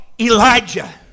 Elijah